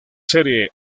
serie